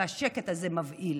והשקט הזה מבהיל.